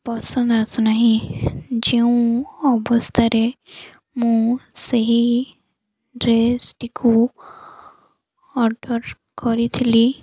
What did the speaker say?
ପସନ୍ଦ ଆସୁନାହିଁ ଯେଉଁ ଅବସ୍ଥାରେ ମୁଁ ସେହି ଡ୍ରେସ୍କୁ ଅର୍ଡ଼ର୍ କରିଥିଲି